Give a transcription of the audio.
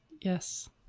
Yes